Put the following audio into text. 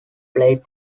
played